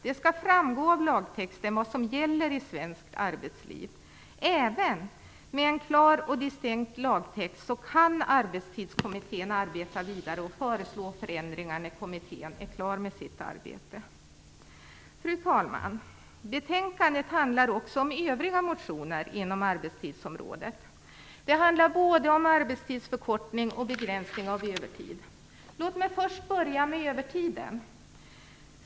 Det skall framgå av lagtexten vad som gäller i svenskt arbetsliv. Även med en klar och distinkt lagtext kan Arbetstidskommittén arbeta vidare och föreslå förändringar när kommittén är klar med sitt arbete. Fru talman! Betänkandet handlar också om övriga motioner inom arbetstidsområdet. Det handlar både om arbetstidsförkortning och om begränsning av övertid. Låt mig börja med övertiden.